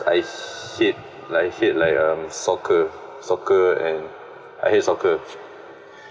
I hate I hate like um soccer soccer and I hate soccer